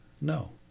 no